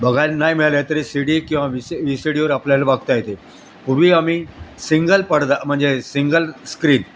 बघायला नाही मिळाले तरी सी डी किंवा वि सी वि सी डीवर आपल्याला बघता येतील पूर्वी आम्ही सिंगल पडदा म्हणजे सिंगल स्क्रीन